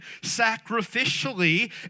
sacrificially